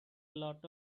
lot